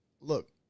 look